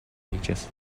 wages